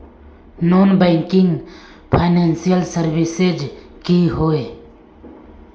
Non banking financial services की होय?